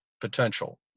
potential